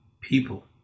people